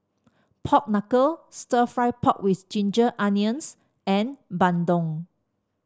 Pork Knuckle stir fry pork with Ginger Onions and bandung